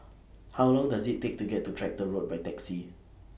How Long Does IT Take to get to Tractor Road By Taxi